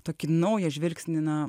tokį naują žvilgsnį na